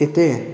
এতে